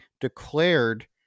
declared